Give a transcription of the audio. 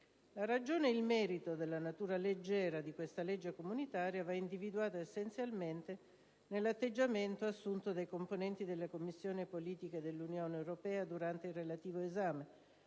La ragione e il merito della natura leggera di questo disegno di legge comunitaria vanno individuati, essenzialmente, nell'atteggiamento assunto dai componenti della Commissione per le politiche dell'Unione europea durante il relativo esame,